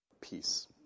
peace